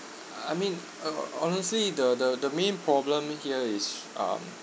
I mean uh honestly the the the main problem here is um